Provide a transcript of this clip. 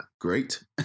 great